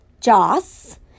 Joss